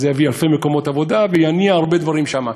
זה יביא אלפי מקומות עבודה ויניע הרבה דברים שם.